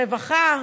רווחה,